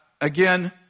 again